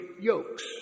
yokes